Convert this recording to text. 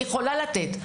והיא יכולה לתת,